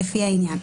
לפי העניין: